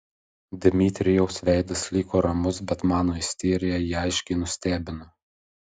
dmitrijaus veidas liko ramus bet mano isterija jį aiškiai nustebino